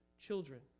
children